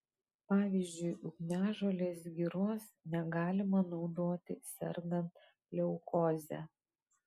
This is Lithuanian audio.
pavyzdžiui ugniažolės giros negalima naudoti sergant leukoze